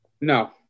No